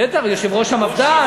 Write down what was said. בטח, יושב-ראש המפד"ל.